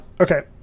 Okay